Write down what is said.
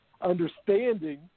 understanding